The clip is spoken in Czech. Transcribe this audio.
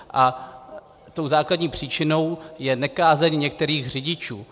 A tou základní příčinou je nekázeň některých řidičů.